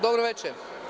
Dobro veče.